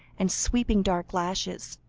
and sweeping dark lashes,